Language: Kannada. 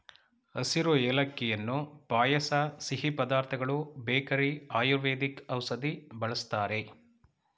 ಹಸಿರು ಏಲಕ್ಕಿಯನ್ನು ಪಾಯಸ ಸಿಹಿ ಪದಾರ್ಥಗಳು ಬೇಕರಿ ಆಯುರ್ವೇದಿಕ್ ಔಷಧಿ ಬಳ್ಸತ್ತರೆ